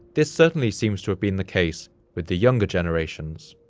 this certainly seems to have been the case with the younger generations.